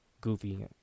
Goofy